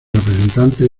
representantes